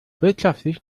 wirtschaftlich